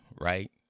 right